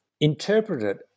interpreted